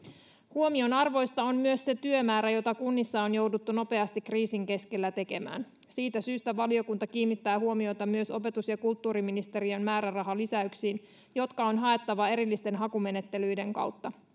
huomionarvoista on myös se työmäärä jota kunnissa on jouduttu nopeasti kriisin keskellä tekemään siitä syystä valiokunta kiinnittää huomiota myös opetus ja kulttuuriministeriön määrärahalisäyksiin jotka on haettava erillisten hakumenettelyiden kautta